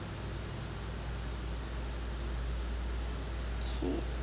K